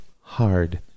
hard